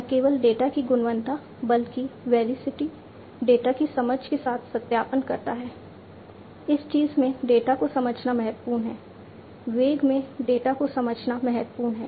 न केवल डेटा की गुणवत्ता बल्कि वेरिसिटी डेटा की समझ के साथ सत्यापन करता है इस चीज़ में डेटा को समझना महत्वपूर्ण है वेग में डेटा को समझना महत्वपूर्ण है